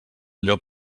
llop